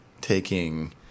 taking